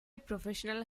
professional